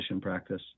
practice